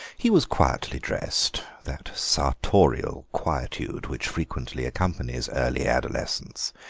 he was quietly dressed that sartorial quietude which frequently accompanies early adolescence,